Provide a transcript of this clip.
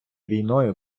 війною